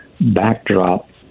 backdrop